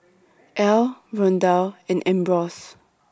Ely Rondal and Ambrose